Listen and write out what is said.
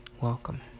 Welcome